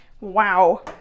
Wow